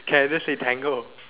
can I just say tango